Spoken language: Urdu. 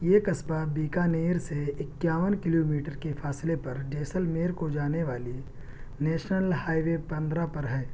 یہ قصبہ بیکانیر سے اکاون کلو میٹر کے فاصلے پر جیسلمیر کو جانے والے نیشنل ہائی وے پندرہ پر ہے